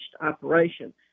operation